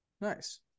Nice